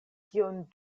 kion